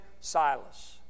Silas